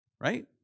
right